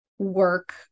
work